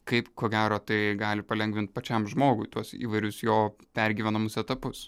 kaip ko gero tai gali palengvint pačiam žmogui tuos įvairius jo pergyvenamus etapus